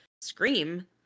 Scream